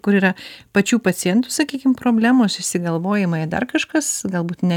kur yra pačių pacientų sakykim problemos išsigalvojimai dar kažkas galbūt ne